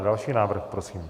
Další návrh prosím.